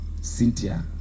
Cynthia